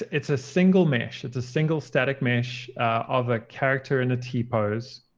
it's a single mesh. it's a single, static mesh of a character in a t-pose.